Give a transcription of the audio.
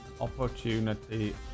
Opportunity